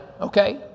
okay